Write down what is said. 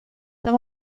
some